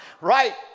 right